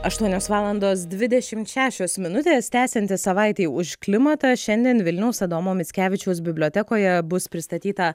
aštuonios valandos dvidešimt šešios minutės tęsiantis savaitei už klimatą šiandien vilniaus adomo mickevičiaus bibliotekoje bus pristatyta